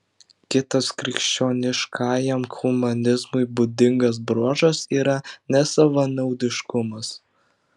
kitas krikščioniškajam humanizmui būdingas bruožas yra nesavanaudiškumas